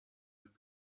میبرم